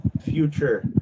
future